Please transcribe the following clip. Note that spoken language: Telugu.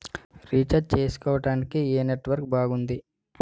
రీఛార్జ్ చేసుకోవటానికి ఏం నెట్వర్క్ బాగుంది?